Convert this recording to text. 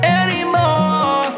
anymore